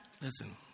listen